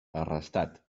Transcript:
arrestat